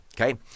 okay